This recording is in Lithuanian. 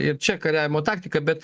ir čia kariavimo taktika bet